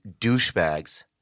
douchebags